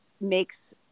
makes